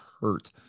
hurt